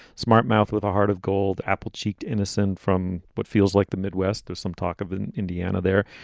smart mouth with a heart of gold, apple cheeked, innocent from what feels like the midwest is some talk of indiana there.